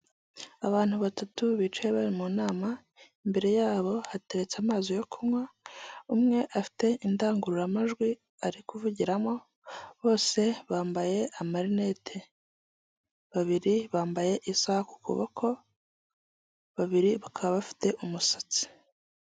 Abantu batatu bicaye bari mu nama imbere yabo hateretse amazi yo kunywa umwe afite indangururamajwi ari kuvugiramo, bose bambaye amarinete babiri bambaye isaha ku ukuboko babiri bakaba bafite umusatsi.